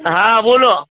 હા બોલો